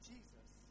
Jesus